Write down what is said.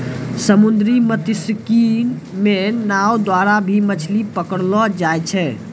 समुन्द्री मत्स्यिकी मे नाँव द्वारा भी मछली पकड़लो जाय छै